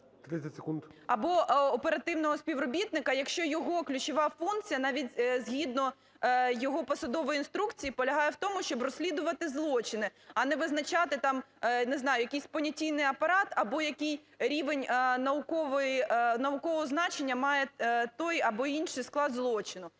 ...або оперативного співробітника, якщо його ключова функція навіть згідно його посадової інструкції полягає в тому, щоб розслідувати злочини, а не визначати там, не знаю, якийсь понятійний апарат або який рівень наукового значення має той або інший склад злочину?